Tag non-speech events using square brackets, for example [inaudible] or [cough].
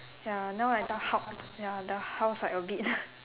ya now I the hok~ ya the house like a bit [laughs]